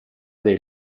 dei